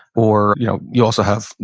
or you know you also have,